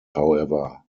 however